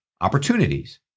opportunities